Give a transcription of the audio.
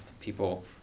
people